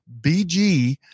BG